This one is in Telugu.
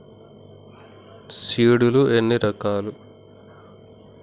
సీడ్ లు ఎన్ని రకాలు?